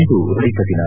ಇಂದು ರೈತ ದಿನ